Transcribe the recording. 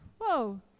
whoa